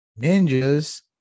ninjas